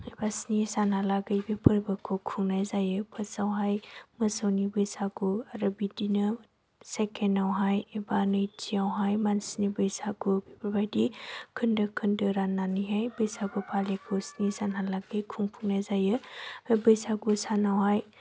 एबा स्नि सानालागै बे फोरबोखौ खुंनाय जायो फोसावहाय मोसौनि बैसागु आरो बिदिनो सेखेनावहाय बा नैथिआवहाय मानसिनि बैसागु बिबायदि खोन्दो खोन्दो राननानैहाय बैसागुखौ स्नि सानालागै खुंफुंनाय जायो बे बैसागु सानावहाय